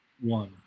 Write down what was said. one